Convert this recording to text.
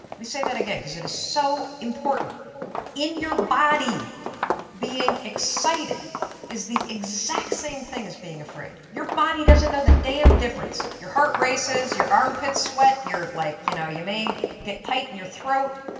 me say that again because it is so important in your body being excited is the exact same thing as being afraid. your body doesn't know the damn difference your heart races, your armpits sweat, like you know you may get tight in your throat,